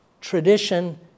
tradition